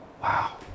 wow